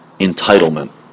entitlement